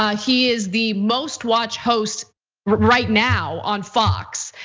um he is the most watched host right now on fox.